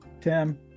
Tim